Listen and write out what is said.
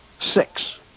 six